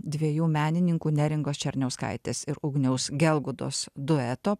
dviejų menininkų neringos černiauskaitės ir ugniaus gelgūdos dueto